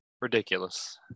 Ridiculous